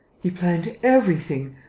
he planned everything,